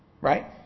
Right